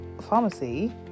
pharmacy